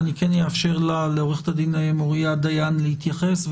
אני אאפשר לעורכת דין מוריה דיין להתייחס.